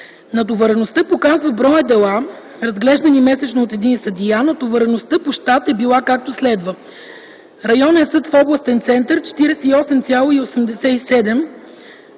Натовареността показва броя дела, разглеждани месечно от един съдия. Натовареността по щат е била както следва: районен съд в областен център – 48,87,